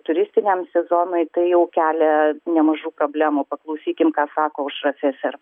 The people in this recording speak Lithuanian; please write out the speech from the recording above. turistiniam sezonui tai jau kelia nemažų problemų paklausykim ką sako sako aušra feser